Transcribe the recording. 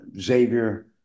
Xavier